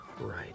Right